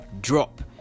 drop